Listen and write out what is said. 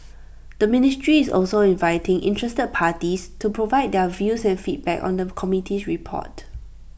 the ministry is also inviting interested parties to provide their views and feedback on the committee's report